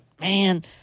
man